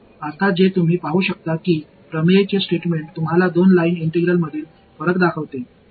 இப்போது நீங்கள் பார்க்கும் போது தேற்றத்தின் அறிக்கை இரண்டு லைன் இன்டெக்ரால்ஸ் இடையிலான வேறுபாட்டைக் காட்டுகிறது